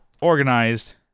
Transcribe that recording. organized